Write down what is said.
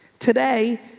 today.